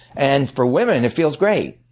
and for women, it feels great.